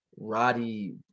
Roddy